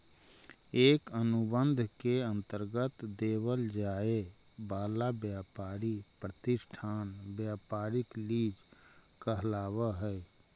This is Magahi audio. एक अनुबंध के अंतर्गत देवल जाए वाला व्यापारी प्रतिष्ठान व्यापारिक लीज कहलाव हई